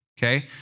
okay